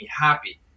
happy